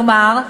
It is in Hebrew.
כלומר,